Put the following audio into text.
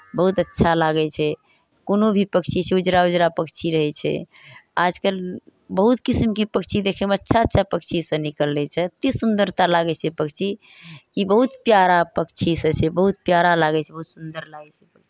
बहुत अच्छा लागै छै कोनो भी पक्षी छै उजरा उजरा पक्षी रहै छै आजकल बहुत किसिमके पक्षी देखैमे अच्छा अच्छा पक्षीसभ निकललै छै एतेक सुन्दरता लागै छै पक्षी कि बहुत प्यारा पक्षीसभ छै बहुत प्यारा लागै छै बहुत सुन्दर लागै छै